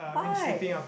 why